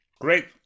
Great